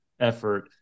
effort